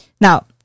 Now